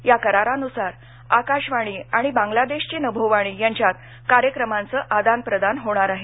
या करारानुसार आकाशवाणी आणि बांग्लादेशची नभोवाणी यांच्यात कार्यक्रमांचं आदानप्रदान होणार आहे